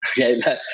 Okay